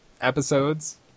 episodes